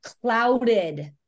clouded